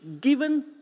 given